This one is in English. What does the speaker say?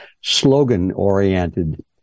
slogan-oriented